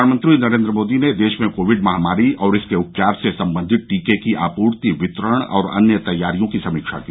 प्रधानमंत्री नरेन्द्र मोदी ने देश में कोविड महामारी और इसके उपचार से सम्बंधित टीके की आपूर्ति वितरण और अन्य तैयारियों की समीक्षा की